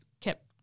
kept